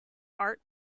art